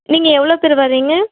நீங்கள் எவ்வளோ பேரு வரீங்க